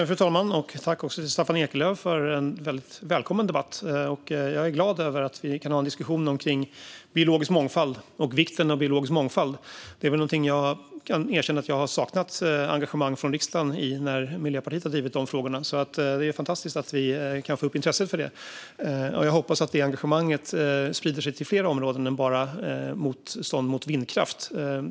Fru talman! Jag tackar Staffan Eklöf för en väldigt välkommen debatt. Jag är glad över att vi kan ha en diskussion om biologisk mångfald och vikten av denna. Jag kan erkänna att jag har saknat engagemang från riksdagen när Miljöpartiet har drivit de frågorna, så det är fantastiskt att vi kan få upp intresset för dem. Jag hoppas också att det engagemanget sprider sig till fler områden än bara motstånd mot vindkraft.